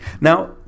Now